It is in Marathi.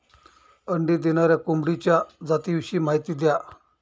अंडी देणाऱ्या कोंबडीच्या जातिविषयी माहिती द्या